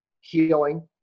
healing